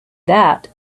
that